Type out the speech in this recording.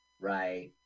Right